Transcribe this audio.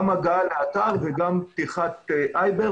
גם הגעה לאתר וגם פתיחת IBER,